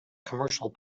commercial